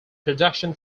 production